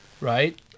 right